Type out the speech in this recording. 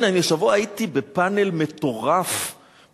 הוא במשך היום עשה את הפרנסה שלו,